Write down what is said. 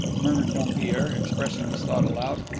muttered dompierre, expressing his thought aloud.